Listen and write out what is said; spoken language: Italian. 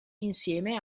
insieme